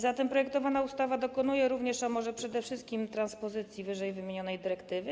Zatem projektowana ustawa dokonuje również, a może przede wszystkim transpozycji ww. dyrektywy.